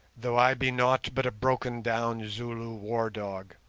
though i be nought but a broken-down zulu war-dog